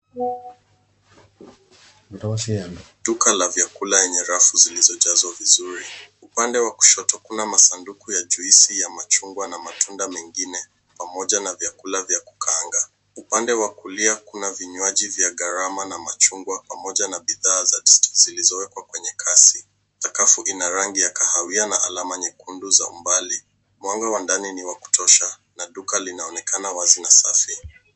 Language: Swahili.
Duka la vyakula yenye rafu zilizojazwa vizuri. Upande wa kushoto kuna masanduku ya juisi ya machungwa na matunda mengine, pamoja na vyakula vya kukaanga. Upande wa kulia kuna vinywaji vya gharama na machungwa pamoja na bidhaa za zilizowekwa kwenye kasi. Sakafu ina rangi ya kahawia na alama nyekundu za umbali. Mwanga wa ndani ni wa kutosha, na duka linaonekana wazi na safi.